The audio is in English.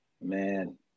Man